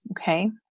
okay